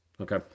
Okay